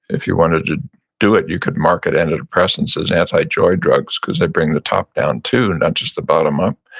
if you wanted to do it you could market anti-depressants as anti-joy drugs, cause they bring the top down too, not just the bottom up.